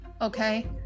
Okay